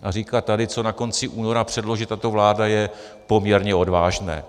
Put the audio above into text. A říkat tady, co na konci února předloží tato vláda, je poměrně odvážné.